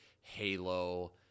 Halo